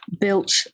built